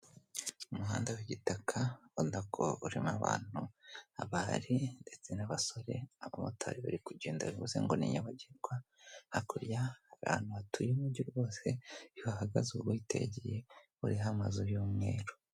Umuhanda w'igitaka, ubona ko urimo abantu, abari ndetse n'abasore, abamotari bari kugenda bivuze ngo ni nyabagendwa, hakurya hari ahantu hatuye umujyi rwose, iyo uhahagaze uba uhitegeye, uriho amazu y'umweru.